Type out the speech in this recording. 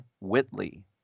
Whitley